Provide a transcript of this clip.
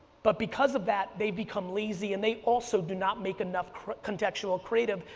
but because of that they become lazy and they also do not make enough contextual creative,